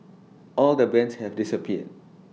all the bands had disappeared